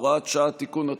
הוראת שעה) (תיקון),